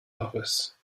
office